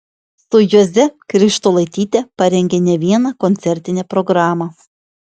su juoze krištolaityte parengė ne vieną koncertinę programą